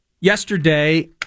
yesterday